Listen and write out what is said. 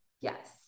Yes